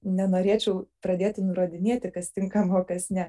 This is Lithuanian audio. nenorėčiau pradėti nurodinėti kas tinkama o kas ne